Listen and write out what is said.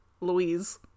Louise